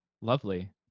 Lovely